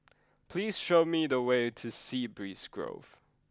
please show me the way to Sea Breeze Grove